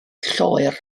lloer